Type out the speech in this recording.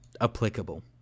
applicable